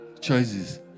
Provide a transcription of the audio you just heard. choices